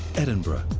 edinburgh.